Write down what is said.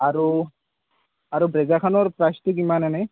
আৰু আৰু ব্ৰেজাৰখনৰ প্ৰাইচটো কিমান এনেই